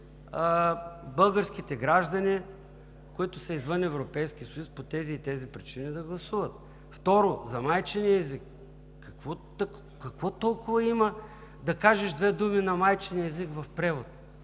българските граждани, които са извън Европейския съюз, по тези и тези причини да гласуват.“ Второ, за майчиния език. Какво толкова има да кажеш две думи на майчин език в превод?